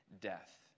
death